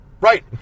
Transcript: Right